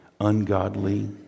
ungodly